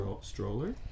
Stroller